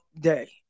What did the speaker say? day